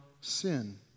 sin